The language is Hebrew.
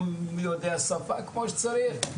לא יודע שפה כמו שצריך,